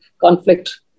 conflict